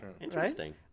Interesting